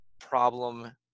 problem